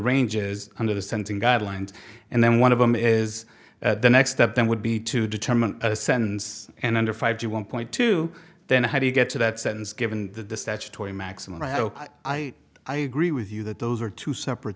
range is under the sense of guidelines and then one of them is the next step then would be to determine a sentence and under five to one point two then how do you get to that sentence given that the statutory maximum i hope i i agree with you that those are two separate